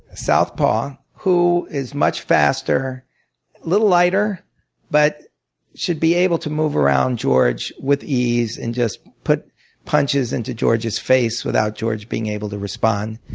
southpaw, who is much faster, a little lighter but should be able to move around george with ease and just put punches into george's face without george being able to respond.